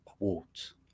Awards